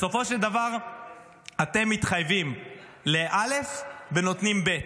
בסופו של דבר אתם מתחייבים לא' ונותנים ב'.